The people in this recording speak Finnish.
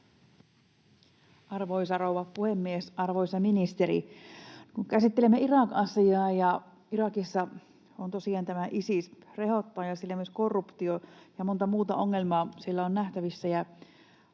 Arvoisa rouva puhemies! Arvoisa ministeri! Käsittelemme Irak-asiaa, ja Irakissa tosiaan tämä Isis rehottaa, ja siellä myös korruptiota ja monta muuta ongelmaa on nähtävissä.